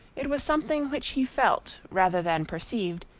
it was something which he felt rather than perceived,